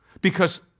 Because-